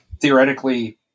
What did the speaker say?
theoretically